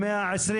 120?